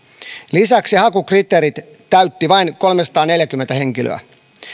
lisäksi hakukriteerit täytti vain kolmesataaneljäkymmentä henkilöä